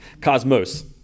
cosmos